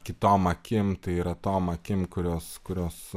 kitom akim tai yra tom akim kurios kurios